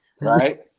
Right